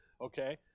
Okay